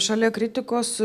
šalia kritikos